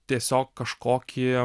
tiesiog kažkokį